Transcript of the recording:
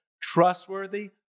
trustworthy